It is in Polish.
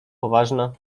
poważna